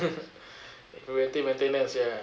waiting maintenance sia